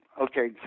Okay